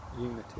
unity